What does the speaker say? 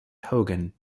hogan